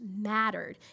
mattered